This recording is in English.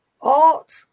art